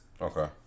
Okay